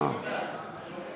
על הצעת חוק מיסוי מקרקעין (שבח ורכישה)